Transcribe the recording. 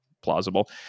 plausible